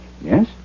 Yes